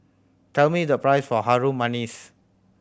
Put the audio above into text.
tell me the price of Harum Manis